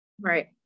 Right